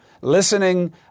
listening